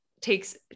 takes